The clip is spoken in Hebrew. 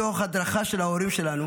מתוך הדרכה של ההורים שלנו